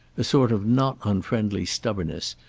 a sort of not unfriendly stubbornness,